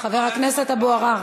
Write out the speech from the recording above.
חבר הכנסת אבו עראר,